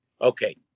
Okay